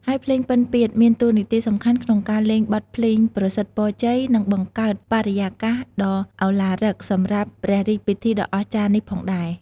ហើយភ្លេងពិណពាទ្យមានតួនាទីសំខាន់ក្នុងការលេងបទភ្លេងប្រសិទ្ធពរជ័យ និងបង្កើតបរិយាកាសដ៏ឱឡារឹកសម្រាប់ព្រះរាជពិធីដ៏អស្ចារ្យនេះផងដែរ។